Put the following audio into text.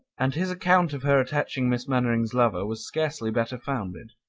and his account of her attaching miss mainwaring's lover was scarcely better founded.